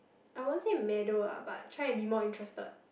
I won't say meddle lah but try and be more interested